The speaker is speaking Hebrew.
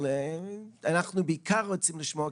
אבל אנחנו בעיקר רוצים לשמוע,